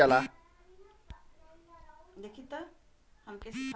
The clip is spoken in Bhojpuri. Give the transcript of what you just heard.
बड़ बड़ गाड़ी में बालू गिट्टी एहि से भरल जाला